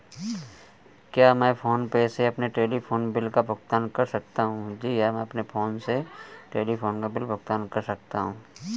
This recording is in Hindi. क्या मैं फोन पे से अपने टेलीफोन बिल का भुगतान कर सकता हूँ?